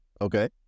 okay